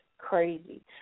Crazy